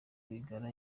rwigara